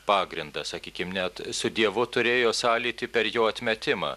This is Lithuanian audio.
pagrindą sakykim net su dievu turėjo sąlytį per jo atmetimą